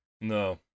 No